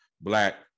black